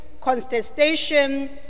contestation